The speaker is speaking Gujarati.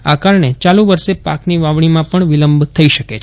આ કારણે ચાલુ વર્ષે પાકની વાવણીમાં વિલંબ થઈ શકે છે